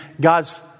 God's